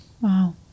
Wow